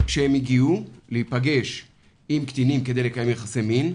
שהם הגיעו להיפגש עם קטינים כדי לקיים יחסי מין,